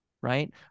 Right